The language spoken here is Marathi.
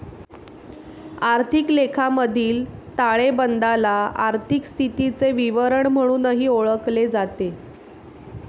आर्थिक लेखामधील ताळेबंदाला आर्थिक स्थितीचे विवरण म्हणूनही ओळखले जाते